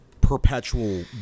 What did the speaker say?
perpetual